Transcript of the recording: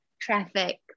traffic